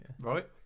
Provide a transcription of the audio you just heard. right